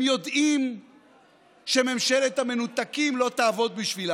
הם יודעים שממשלת המנותקים לא תעבוד בשבילם.